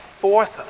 fourth